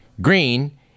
Green